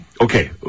Okay